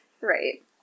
Right